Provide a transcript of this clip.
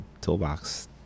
toolbox